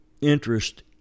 interest